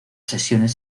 sesiones